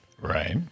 Right